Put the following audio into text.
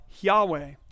Yahweh